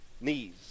knees